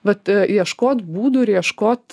vat ieškot būdų ir ieškot